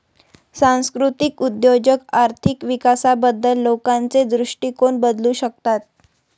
सांस्कृतिक उद्योजक आर्थिक विकासाबद्दल लोकांचे दृष्टिकोन बदलू शकतात